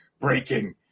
breaking